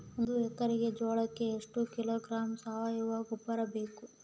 ಒಂದು ಎಕ್ಕರೆ ಜೋಳಕ್ಕೆ ಎಷ್ಟು ಕಿಲೋಗ್ರಾಂ ಸಾವಯುವ ಗೊಬ್ಬರ ಬೇಕು?